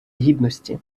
гідності